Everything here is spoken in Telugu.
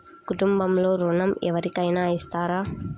కుటుంబంలో ఋణం ఎవరికైనా ఇస్తారా?